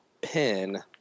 pin